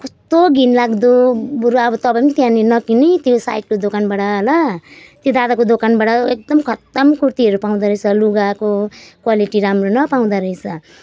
कस्तो घिनलाग्दो बरु अब तपाईँले पनि त्यहाँनिर नकिन्नू त्यो साइडको दोकानबाट ल त्यो दादाको दोकानबाट एकदम खत्तम कुर्तीहरू पाउँदो रहेछ लुगाको क्वालिटी राम्रो नपाउँदो रहेछ